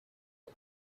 her